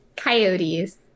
Coyotes